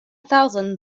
thousand